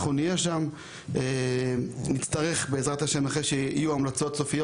אנחנו נהיה שם ובעזרת השם אחרי שיהיו המלצות סופיות